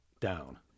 down